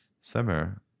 summer